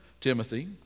Timothy